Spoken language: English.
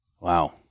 Wow